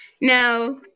Now